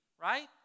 right